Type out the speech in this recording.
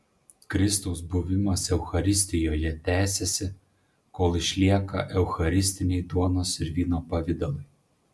kristaus buvimas eucharistijoje tęsiasi kol išlieka eucharistiniai duonos ir vyno pavidalai